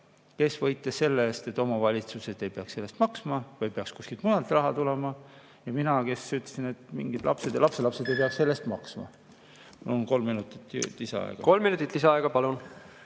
kes võitles selle eest, et omavalitsused ei peaks selle eest maksma või peaks raha kuskilt mujalt tulema, ja mina ütlesin, et lapsed ja lapselapsed ei peaks selle eest maksma. Palun kolm minutit lisaaega. Kolm minutit lisaaega. Palun!